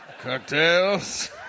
cocktails